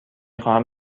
خواهم